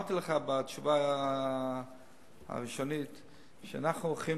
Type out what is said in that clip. אמרתי לך בתשובה הראשונית שאנחנו הולכים